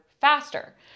faster